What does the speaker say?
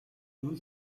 мөн